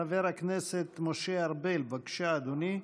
חבר הכנסת משה ארבל, בבקשה, אדוני.